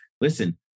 listen